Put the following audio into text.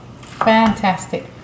fantastic